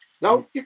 Now